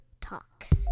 Talks